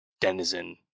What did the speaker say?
denizen